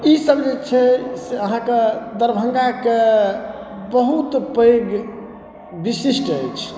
ई सब जे छै से अहाँके दरभंगाके बहुत पैघ विशिष्ट अछि